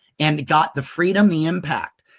and got the freedom, the impact.